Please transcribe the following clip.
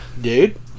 Dude